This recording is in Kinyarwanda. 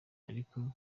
ariko